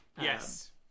Yes